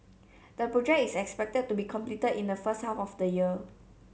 the project is expected to be completed in the first half of the year